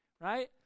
right